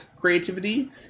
creativity